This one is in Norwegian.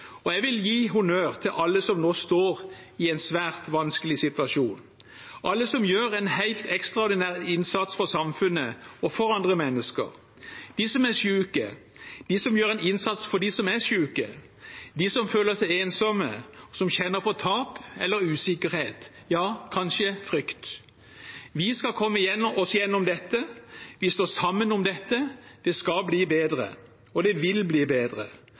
og komme oss gjennom denne krisen. Regjeringen har tatt grep, Stortinget har tatt grep. Jeg vil gi honnør til alle som nå står i en svært vanskelig situasjon, til alle som gjør en helt ekstraordinær innsats for samfunnet og for andre mennesker, til dem som er syke, til dem som gjør en innsats for dem som er syke, dem som føler seg ensomme, som kjenner på tap eller usikkerhet, ja kanskje frykt. Vi skal komme oss gjennom dette. Vi står sammen om dette. Det skal bli bedre